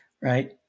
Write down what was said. right